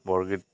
বৰগীত